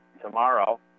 Tomorrow